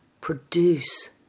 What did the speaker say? produce